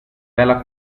vela